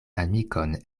amikon